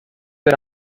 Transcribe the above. per